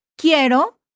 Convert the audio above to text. Quiero